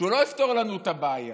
שלא יפתור לנו את הבעיה,